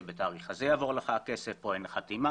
הוא עוד בסוף תורם לבתי כנסת.